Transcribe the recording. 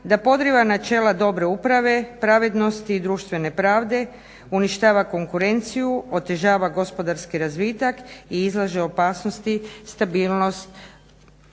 da podriva načela dobre uprave, pravednosti i društvene pravde, uništava konkurenciju, otežava gospodarski razvitak i izlaže opasnosti stabilnost